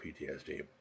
PTSD